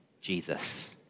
Jesus